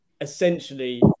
essentially